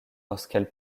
lorsqu’elle